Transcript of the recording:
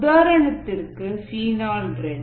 உதாரணத்திற்கு phenol red